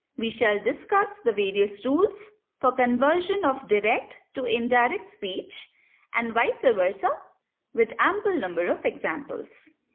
we shall discuss the various rules for conversion of direct to indirect speech and vice versa with ample number of examples.